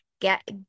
get